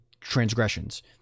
transgressions